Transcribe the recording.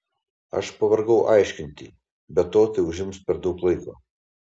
aš pavargau aiškinti be to tai užims per daug laiko